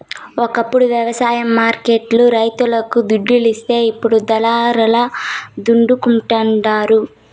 ఒకప్పుడు వ్యవసాయ మార్కెట్ లు రైతులకు దుడ్డిస్తే ఇప్పుడు దళారుల దండుకుంటండారు